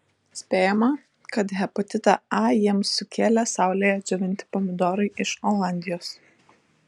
spėjama kad hepatitą a jiems sukėlė saulėje džiovinti pomidorai iš olandijos